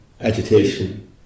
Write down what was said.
agitation